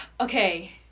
okay